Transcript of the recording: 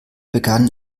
begann